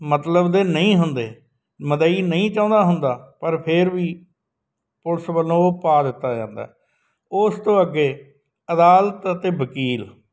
ਮਤਲਬ ਦੇ ਨਹੀਂ ਹੁੰਦੇ ਮਦਈ ਨਹੀਂ ਚਾਹੁੰਦਾ ਹੁੰਦਾ ਪਰ ਫਿਰ ਵੀ ਪੁਲਿਸ ਵੱਲੋਂ ਉਹ ਪਾ ਦਿੱਤਾ ਜਾਂਦਾ ਉਸ ਤੋਂ ਅੱਗੇ ਅਦਾਲਤ ਅਤੇ ਵਕੀਲ